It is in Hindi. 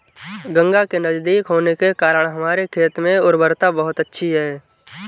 गंगा के नजदीक होने के कारण हमारे खेत में उर्वरता बहुत अच्छी है